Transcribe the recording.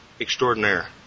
extraordinaire